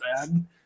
bad